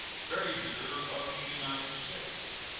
treasurer of the united states,